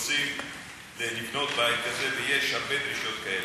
ורוצים לבנות בית כזה, ויש הרבה דרישות כאלה.